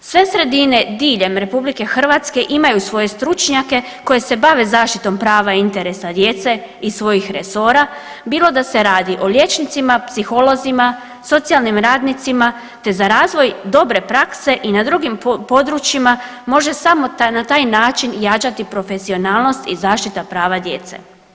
Sve sredine diljem RH imaju svoje stručnjake koji se bave zaštitom prava i interesa djece iz svojih resora, bilo da se radi o liječnicima, psiholozima, socijalnim radnicima te za razvoj dobre prakse i na drugim područjima, može samo na taj način jačati profesionalnost i zaštita prava djece.